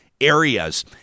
areas